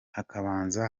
hakabanza